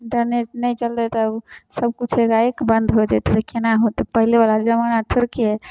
internet नहि चलतै तब सबकिछु एकाएक बन्द हो जेतै कोना होतै पहिलेवला जमाना थोड़के हइ